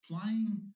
playing